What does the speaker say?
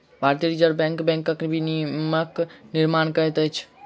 भारतीय reserve bank बैंकक विनियमक निर्माण करैत अछि